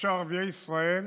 כאשר ערביי ישראל